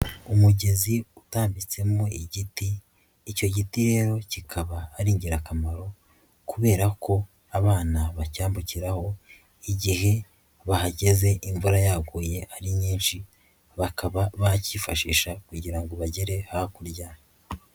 Umugezi utambitsemo igiti, icyo giti rero kikaba ari ingirakamaro kubera ko abana bacyambukiraho, igihe bahageze imvura yaguye ari nyinshi, bakaba bacyifashisha kugira ngo bagere hakurya.